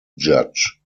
judge